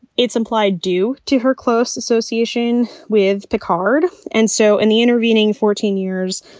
it's implied due to her close association with picard. and so in the intervening fourteen years,